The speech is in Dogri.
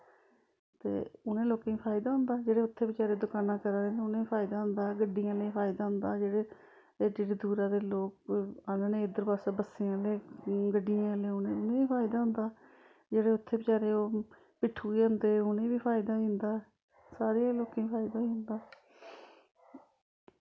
ते उनें लोकें गी फायदा होंदा जेह्ड़े उत्थै बचारे दकानां करा दे नै उनें फायदा होंदा गड्डी आह्लें फायदा होंदा जेह्ड़े एह्ड्डी एह्ड्डी दूरा दे लोग आह्नने इद्धर पस्से बस्सें आह्ले गड्डियें आह्लें उने उनें बी फायदा होंदा जेह्ड़े उत्थें बचारे ओह् पिट्ठू जेह् होंदे उनें बी फायदा होई जंदा सारे गै लोकें फायदा होई जंदा